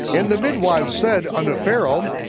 and the midwives said unto pharaoh,